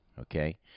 Okay